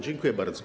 Dziękuję bardzo.